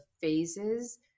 phases